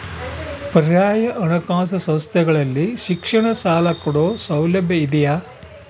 ಪರ್ಯಾಯ ಹಣಕಾಸು ಸಂಸ್ಥೆಗಳಲ್ಲಿ ಶಿಕ್ಷಣ ಸಾಲ ಕೊಡೋ ಸೌಲಭ್ಯ ಇದಿಯಾ?